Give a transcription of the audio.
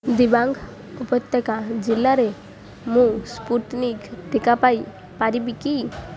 ଦିବାଙ୍ଗ୍ ଉପତ୍ୟକା ଜିଲ୍ଲାରେ ମୁଁ ସ୍ପୁଟନିକ୍ ଟିକା ପାଇ ପାରିବି କି